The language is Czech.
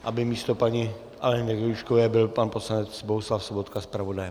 Aby místo paní Aleny Gajdůškové byl pan poslanec Bohuslav Sobotka zpravodajem?